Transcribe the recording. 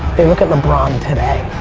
they look at lebron today.